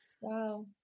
Wow